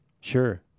sure